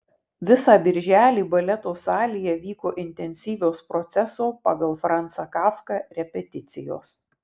visą birželį baleto salėje vyko intensyvios proceso pagal franzą kafką repeticijos